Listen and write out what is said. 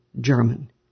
German